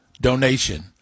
donation